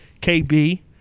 KB